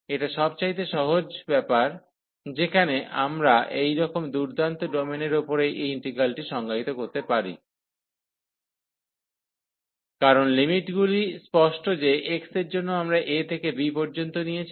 এটা সবচাইতে সহজ ব্যাপের যেখানে আমরা এইরকম দুর্দান্ত ডোমেনের উপরে এই ইন্টিগ্রালটি সংজ্ঞায়িত করতে পারি কারণ লিমিটগুলি স্পষ্ট যে x এর জন্য আমরা a থেকে b পর্যন্ত নিচ্ছি